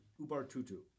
Ubar-Tutu